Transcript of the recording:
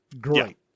Great